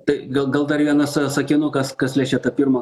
tai gal gal dar vienas sakinukas kas liečia tą pirmą